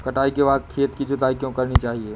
कटाई के बाद खेत की जुताई क्यो करनी चाहिए?